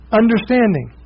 understanding